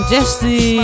Jesse